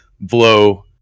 blow